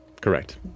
Correct